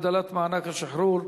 הגדלת מענק השחרור),